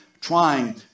trying